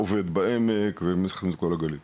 עובד בעמק ומתייחס לכל הגליל,